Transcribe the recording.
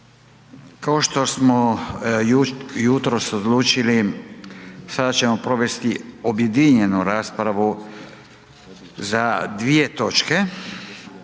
Kao što smo jutros odlučili sada ćemo provesti objedinjenju raspravu za dvije točke: